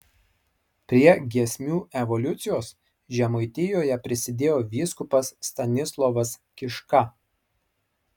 prie giesmių evoliucijos žemaitijoje prisidėjo vyskupas stanislovas kiška